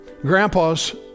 grandpa's